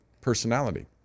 personality